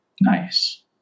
Nice